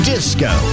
Disco